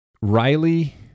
Riley